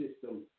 system